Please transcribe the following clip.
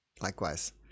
Likewise